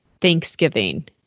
thanksgiving